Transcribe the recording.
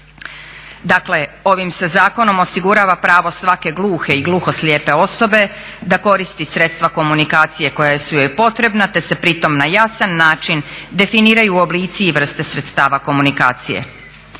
Dakle ovim se zakonom osigurava pravo svake gluhe i gluhoslijepe osobe da koristi sredstva komunikacije koja su joj potrebna te se pritom na jasan način definiraju oblici i vrste sredstava komunikacije.